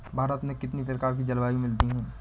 भारत में कितनी प्रकार की जलवायु मिलती है?